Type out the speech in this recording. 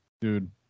dude